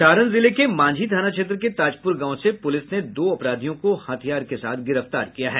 सारण जिले के मांझी थाना क्षेत्र के ताजपुर गांव से पुलिस ने दो अपराधियों को हथियार के साथ गिरफ्तार किया है